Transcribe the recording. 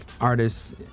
artists